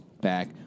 back